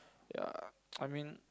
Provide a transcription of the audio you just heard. ya I mean